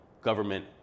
government